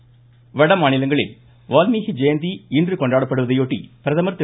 வால்மீகி ஜெயந்தி மாநிலங்களில் வால்மீகி ஜெயந்தி இன்று கொண்டாடப்படுவதையொட்டி வட பிரதமர் திரு